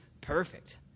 perfect